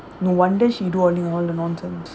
no wonder she do only all the nonsense